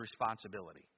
responsibility